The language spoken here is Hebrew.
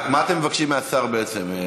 רק מה אתם מבקשים מהשר בעצם?